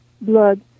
blood